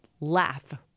laugh